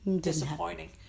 disappointing